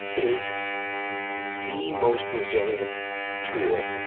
is the most resilient tool